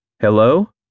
Hello